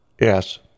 Yes